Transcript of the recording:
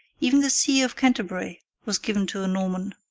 even the see of canterbury was given to a norman.